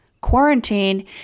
quarantine